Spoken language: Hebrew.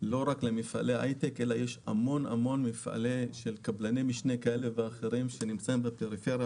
לא רק למפעלי הייטק אלא יש המון מפעלים של קבלני משנה שנמצאים בפריפריה